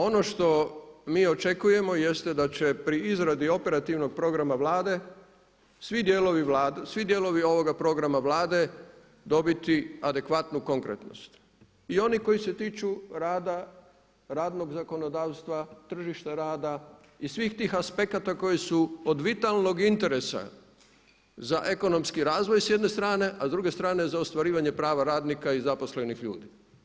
Ono što mi očekujemo jeste da će pri izradi operativnog programa Vlade svi dijelovi ovoga programa Vlade dobiti adekvatnu konkretnost i oni koji se tiču rada, radnog zakonodavstva, tržišta rada i svih tih aspekata koji su od vitalnog interesa za ekonomski razvoj s jedne strane, a s druge strane za ostvarivanje prava radnika i zaposlenost ljudi.